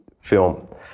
film